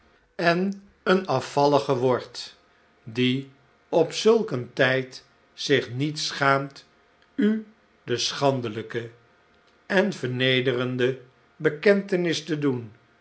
en slechtb tijden een afvallige wordt die op zulk een tijd zich niet schaamt u de schandelijke en vernederende bekentenis te doen